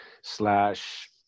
slash